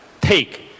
take